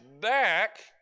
back